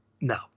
No